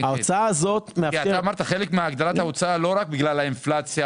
כי אתה אמרת חלק מהגדלת ההוצאה לא רק בגלל האינפלציה